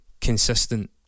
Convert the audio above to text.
consistent